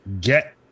get